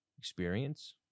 experience